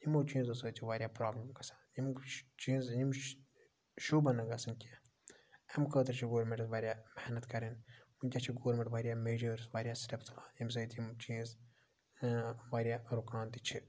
یمو چیٖزو سۭتۍ چھ واریاہ پروبلم گَژھان یِم چیٖز یِم شوٗبَن نہٕ گَژھٕنۍ کینٛہہ امہِ خٲطرٕ چھِ گورمنٹس واریاہ محنت کَرٕنۍ ونکیٚس چھِ گورمنٹ واریاہ میٚجٲرس واریاہ سٹیٚپس ییٚمہ سۭتۍ یِم چیٖز واریاہ رُکان تہِ چھِ